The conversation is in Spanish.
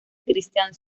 christian